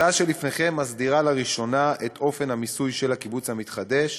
ההצעה שלפניכם מסדירה לראשונה את אופן המיסוי של הקיבוץ המתחדש